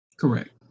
Correct